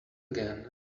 again